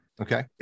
okay